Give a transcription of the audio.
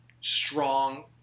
strong